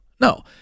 No